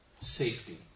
safety